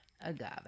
agave